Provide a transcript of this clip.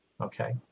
Okay